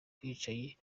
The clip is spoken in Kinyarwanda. bwicanyi